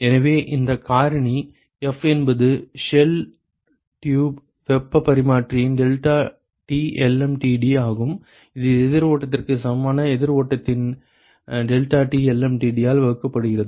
எனவே இந்த காரணி F என்பது ஷெல் டியூப் வெப்பப் பரிமாற்றியின் deltaT lmtd ஆகும் இது எதிர் ஓட்டத்திற்கு சமமான எதிர் ஓட்டத்தின் deltaT lmtd ஆல் வகுக்கப்படுகிறது